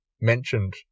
mentioned